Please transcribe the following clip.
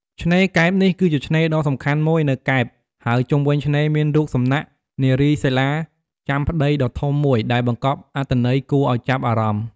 ឆ្នេរកែប នេះគឺជាឆ្នេរដ៏សំខាន់មួយនៅកែប ហើយជុំវិញឆ្នេរមានរូបសំណាកនារីសីលាចាំប្ដីដ៏ធំមួយ ដែលបង្កប់អត្ថន័យគួរឱ្យចាប់អារម្មណ៍។